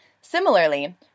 Similarly